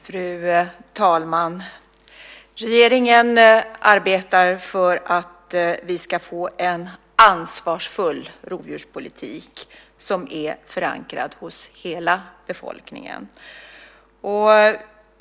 Fru talman! Regeringen arbetar för att vi ska få en ansvarsfull rovdjurspolitik som är förankrad hos hela befolkningen.